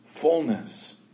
fullness